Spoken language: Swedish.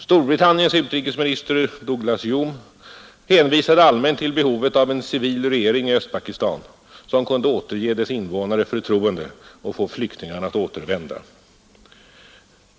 Storbritanniens utrikesminister Douglas-Home hänvisade allmänt till behovet av en ”civil” regering i Östpakistan, som kunde återge dess invånare förtroende och få flyktingarna att återvända.